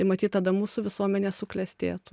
tai matyt tada mūsų visuomenė suklestėtų